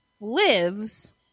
lives